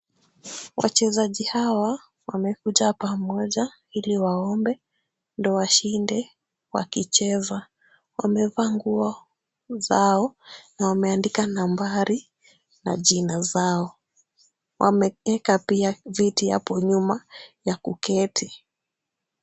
Wachezaji hawa wamekuja pamoja ili waombe ndio washinde wakicheza. Wamevaa nguo zao na wameandika nambari na jina zao. Wameweka pia viti hapo nyuma ya kuketi.